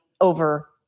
over